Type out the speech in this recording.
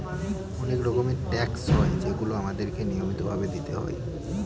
অনেক রকমের ট্যাক্স হয় যেগুলো আমাদেরকে নিয়মিত ভাবে দিতে হয়